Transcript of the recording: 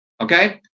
okay